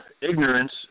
ignorance